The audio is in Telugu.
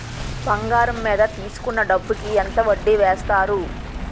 బంగారం మీద తీసుకున్న డబ్బు కి ఎంత వడ్డీ వేస్తారు?